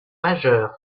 majeurs